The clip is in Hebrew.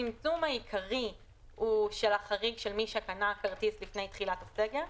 הצמצום העיקרי הוא החריג של מי שקנה כרטיס לפני תחילת הסגר.